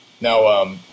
Now